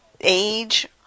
age